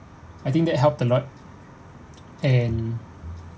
I think that help a lot and